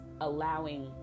allowing